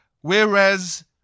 Whereas